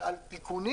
על תיקונים.